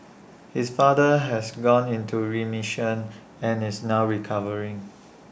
his father has gone into remission and is now recovering